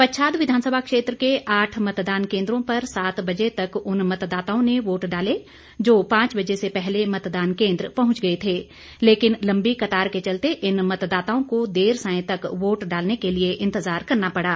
पच्छाद विधानसभा क्षेत्र के आठ मतदान केंद्रों पर सात बजे तक उन मतदाताओं ने वोट डाले जो पांच बजे से पहले मतदान केंद्र पहंच गए थे लेकिन लंबी कतार के चलते इन मतदाताओं को देर सांय तक वोट डालने के लिए इंतजार करना पड़ा